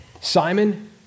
Simon